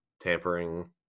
tampering